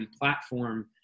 platform